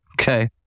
okay